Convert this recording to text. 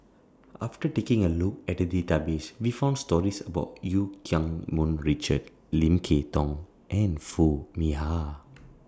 after taking A Look At The Database We found stories about EU Keng Mun Richard Lim Kay Tong and Foo Mee Har